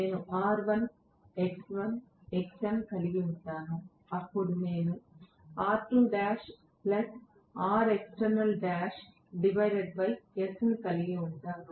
నేను R1 X1 Xm కలిగి ఉంటాను అప్పుడు నేను R2lRexternalls కలిగి ఉంటాను